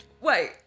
wait